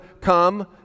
come